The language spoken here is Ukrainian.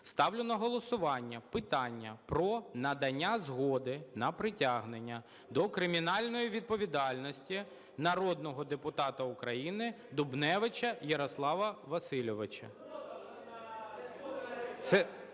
ставлю на голосування питання про надання згоди на притягнення до кримінальної відповідальності народного депутата України Дубневича Ярослава Васильовича.